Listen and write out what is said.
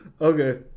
Okay